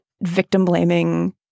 victim-blaming